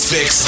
Fix